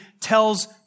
tells